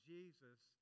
Jesus